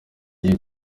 gice